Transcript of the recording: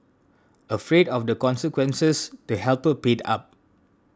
afraid of the consequences the helper paid up